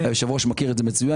היושב-ראש מכיר את זה מצוין.